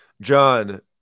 John